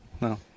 no